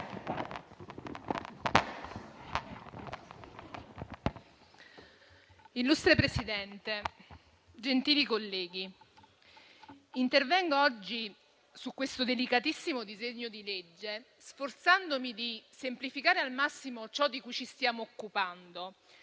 Presidente, gentili colleghi, intervengo oggi su questo delicatissimo disegno di legge, sforzandomi di semplificare al massimo ciò di cui ci stiamo occupando